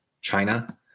China